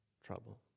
trouble